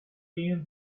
being